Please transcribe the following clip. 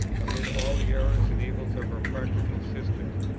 amid all the errors and evils of her practical system,